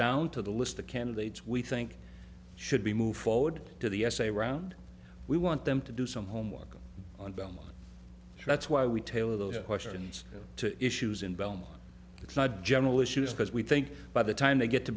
down to the list the candidates we think should be moved forward to the essay round we want them to do some homework on them so that's why we tailor the questions to issues in belmar it's not general issues because we think by the time they get to